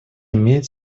имеет